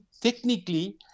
technically